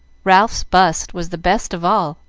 ralph's bust was the best of all,